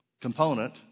component